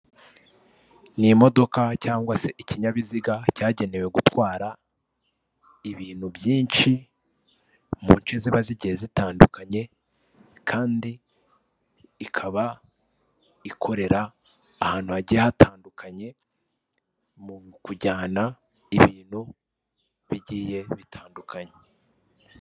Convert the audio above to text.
Ni imodoka cgangwa se ikinyabiziga cyagenewe gutwara ibintu byinshi, munce ziba zigiye zitandukanye, kandi ikaba ikorera ahantu hagiye hatandukanye mu kujyana ibintu bigiye bitandukanye.